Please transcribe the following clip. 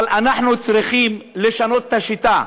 אבל אנחנו צריכים לשנות את השיטה,